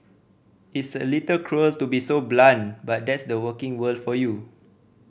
it's a little cruel to be so blunt but that's the working world for you